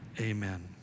Amen